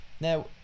Now